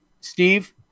Steve